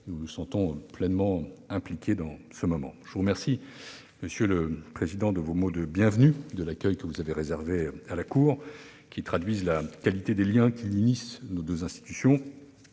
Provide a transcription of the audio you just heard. nous nous sentons pleinement impliqués dans ce moment. Je vous remercie, monsieur le président, des mots de bienvenue et de l'accueil que vous avez réservé à la Cour, lequel traduit la qualité des liens qui unissent nos deux institutions-